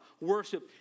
worship